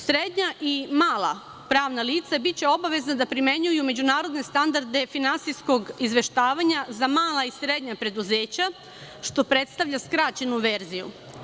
Srednja i mala pravna lica biće obavezna da primenjuju međunarodne standarde finansijskog izveštavanja za mala i srednja preduzeća, što predstavlja skraćenu verziju.